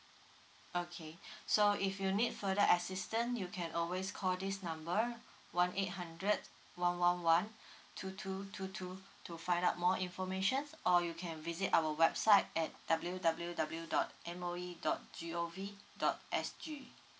okay so if you need further assistant you can always call this number one eight hundred one one one two two two two to find out more information or you can visit our website at W W W dot M O E dot G_O_V dot S_G